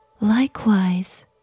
Likewise